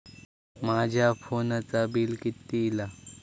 माझ्या फोनचा बिल किती इला?